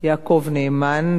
יעקב נאמן,